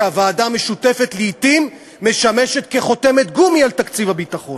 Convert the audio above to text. הוועדה המשותפת לעתים משמשת חותמת גומי על תקציב הביטחון".